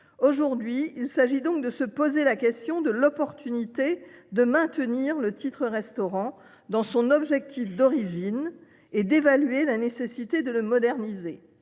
salaires. Il s’agit donc de se poser la question de l’opportunité de maintenir le titre restaurant dans son objectif d’origine et d’évaluer la nécessité de le moderniser.